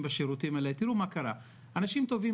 שציינתי,